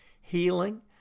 healing